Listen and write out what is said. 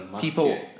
people